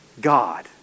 God